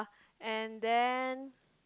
and then